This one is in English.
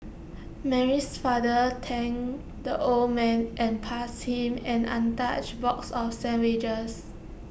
Mary's father thanked the old man and passed him an untouched box of sandwiches